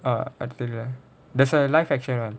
oh actually there's a live action [one]